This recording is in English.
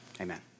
Amen